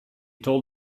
told